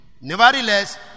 Nevertheless